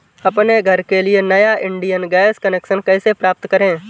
अपने घर के लिए नया इंडियन गैस कनेक्शन कैसे प्राप्त करें?